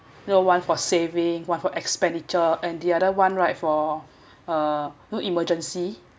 you know one for saving one for expenditure and the other one right for uh you know emergency